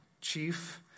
chief